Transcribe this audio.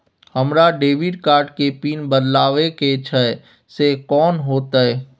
हमरा debit card के pin बदलवा के छै से कोन होतै?